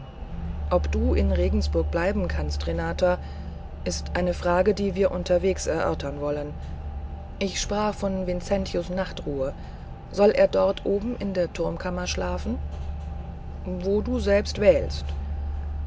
ob du in regensburg bleiben kannst renata ist eine frage die wir unterwegs erörtern wollen ich sprach von vincentius nachtruhe soll er dort oben in der turmkammer schlafen wo du selber wählst